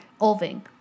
Olving